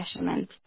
measurement